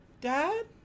Dad